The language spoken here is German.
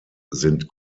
sind